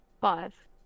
Five